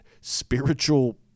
spiritual